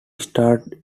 starred